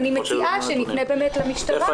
אני מציעה שנפנה למשטרה או לגורמים האוכפים.